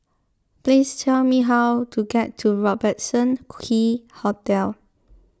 please tell me how to get to Robertson Key Hotel